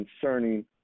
Concerning